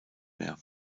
mehr